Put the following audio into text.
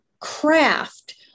craft